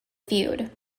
feud